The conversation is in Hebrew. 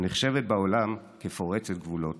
הנחשבת בעולם פורצת גבולות.